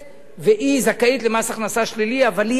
והיא זכאית למס הכנסה שלילי, אבל היא ילדה,